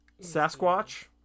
Sasquatch